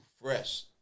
fresh